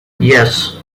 yes